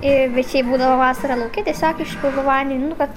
ir bet šiaip būdavo vasarą lauke tiesiog išpilu vandenį nu kad